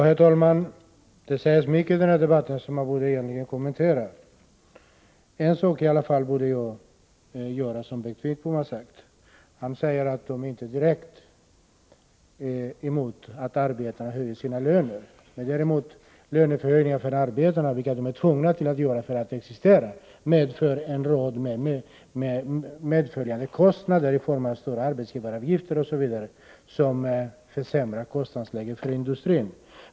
Herr talman! Det har sagts mycket i denna debatt som man borde kommentera, men jag vill ta upp en sak som Bengt Wittbom var inne på. Han säger att de inte direkt är emot att arbetarna höjer sina löner, men att lönehöjning för arbetarna — som de är tvungna att få, för att kunna existera — medför stora kostnader i form av stora arbetsgivaravgifter osv. och att detta försämrar kostnadsläget för industrin.